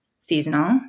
seasonal